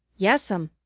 yes'm,